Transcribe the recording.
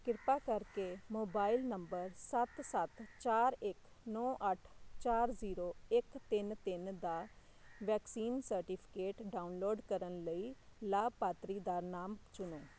ਕਿਰਪਾ ਕਰਕੇ mobile number ਸੱਤ ਸੱਤ ਚਾਰ ਇੱਕ ਨੌ ਅੱਠ ਚਾਰ ਜ਼ੀਰੋ ਇੱਕ ਤਿੰਨ ਤਿੰਨ ਦਾ ਵੈਕਸੀਨ ਸਰਟੀਫਿਕੇਟ ਡਾਊਨਲੋਡ ਕਰਨ ਲਈ ਲਾਭਪਾਤਰੀ ਦਾ ਨਾਮ ਚੁਣੋ